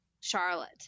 Charlotte